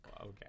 Okay